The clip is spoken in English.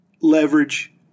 leverage